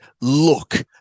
look